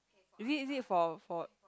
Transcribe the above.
is it is it for for